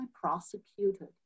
prosecuted